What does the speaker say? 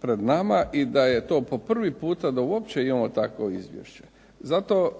pred nama i da je to po prvi puta da uopće imamo takvo izvješće. Zato